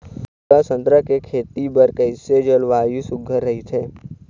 सेवा संतरा के खेती बर कइसे जलवायु सुघ्घर राईथे?